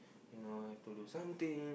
you know have to do something